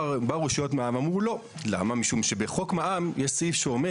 רשויות המע"מ מסרבות משום שבחוק המע"מ יש סעיף שאומר